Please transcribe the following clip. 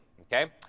okay